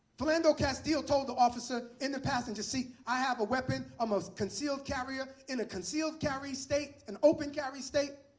philando castile told the officer in the passenger's seat, i have a weapon. i'm a concealed carrier in a concealed carry state an open carry state.